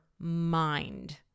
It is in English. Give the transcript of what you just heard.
mind